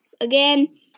again